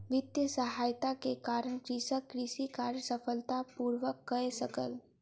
वित्तीय सहायता के कारण कृषक कृषि कार्य सफलता पूर्वक कय सकल